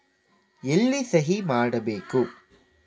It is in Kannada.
ಎಲ್ಲಿ ಸಹಿ ಮಾಡಬೇಕು?